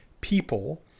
people